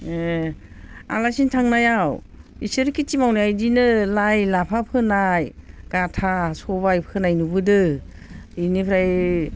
आलासि थांनायाव बिसोर खेति मावनाया बिदिनो लाइ लाफा फोनाय गाथा सबाय फोनाय नुबोदों बेनिफ्राय